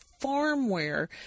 farmware